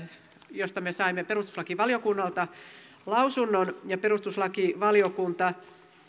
josta me saimme perustuslakivaliokunnalta lausunnon ja perustuslakivaliokunta